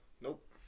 Nope